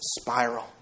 spiral